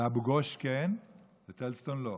לאבו גוש כן, לטלז סטון לא.